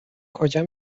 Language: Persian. کجا